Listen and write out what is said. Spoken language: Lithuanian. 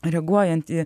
reaguojant į